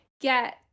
get